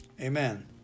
Amen